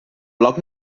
bloc